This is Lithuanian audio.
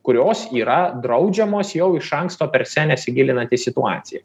kurios yra draudžiamos jau iš anksto per se nesigilinant į situaciją